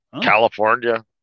California